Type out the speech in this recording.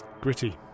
Gritty